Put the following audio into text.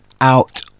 out